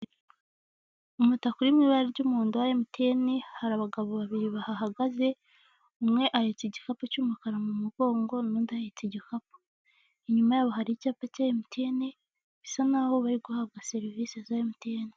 Umutaka uri mu ibara ry'umundo wa emitiyene hari abagabo babiri bahagaze umwe ahetsa igikapu cy'umukara mu mugongo, n'undi ahetse igikapu inyuma yabo hari icyapa cya emitiyene bisa nk'aho bari guhabwa serivisi za emitiyene.